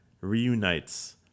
reunites